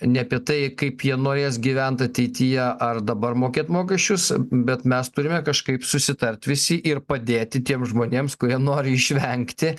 ne apie tai kaip jie norės gyvent ateityje ar dabar mokėt mokesčius bet mes turime kažkaip susitart visi ir padėti tiems žmonėms kurie nori išvengti